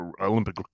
Olympic